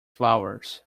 flowers